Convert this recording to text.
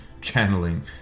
channeling